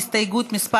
הסתייגות מס'